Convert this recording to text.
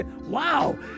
Wow